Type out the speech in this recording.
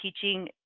teaching